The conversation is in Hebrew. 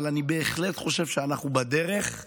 אבל אני בהחלט חושב שאנחנו בדרך.